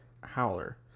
howler